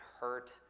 hurt